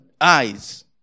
eyes